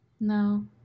No